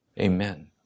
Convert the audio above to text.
Amen